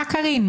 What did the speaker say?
מה "קארין"?